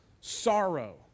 sorrow